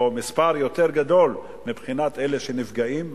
או מספר יותר גדול מבחינת אלה שנפגעים,